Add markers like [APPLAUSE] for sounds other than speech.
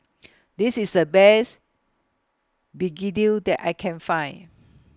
[NOISE] This IS The Best Begedil that I Can Find